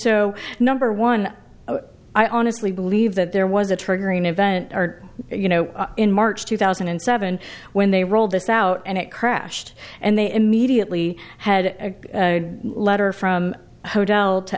so number one i honestly believe that there was a triggering event are you know in march two thousand and seven when they rolled this out and it crashed and they immediately had a letter from